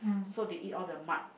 so they eat all the mud